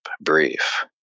brief